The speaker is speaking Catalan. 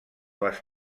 les